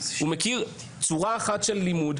הוא מכיר צורה אחת של לימוד,